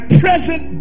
present